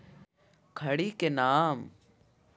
खड़ी के नाम?